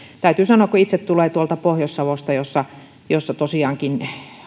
täytyy sanoa kun itse tulee tuolta pohjois savosta jossa tosiaankin